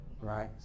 Right